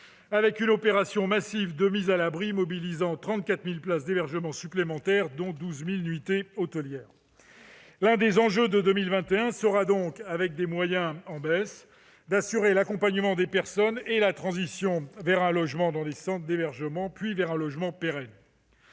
une opération massive de mise à l'abri mobilisant 34 000 places d'hébergement supplémentaires, dont 12 000 nuitées hôtelières. L'un des enjeux de 2021 sera donc, avec des moyens en baisse, d'assurer l'accompagnement et la transition des personnes vers des centres d'hébergement, puis vers un logement pérenne.